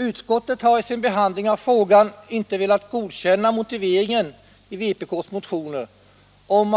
Utskottet har i sin behandling av frågan inte velat godkänna motiveringen i vpk:s motioner,